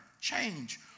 change